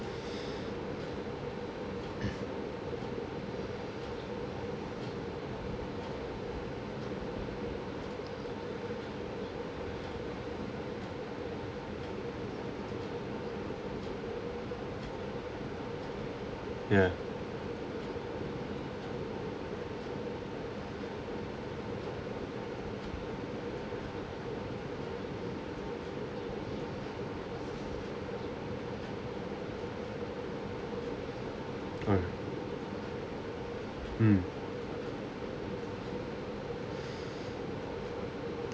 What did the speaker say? yeah uh mm